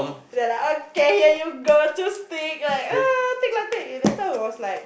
then like okay here you go two stick like take lah take that time was like